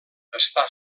està